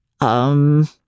Um